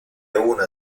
una